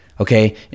Okay